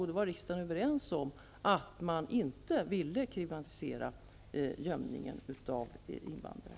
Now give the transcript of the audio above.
Då var man i riksdagen överens om att man inte ville kriminalisera gömmandet av invandrare.